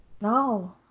No